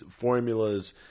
formulas